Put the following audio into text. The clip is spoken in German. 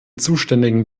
zuständigen